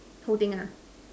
whole thing ah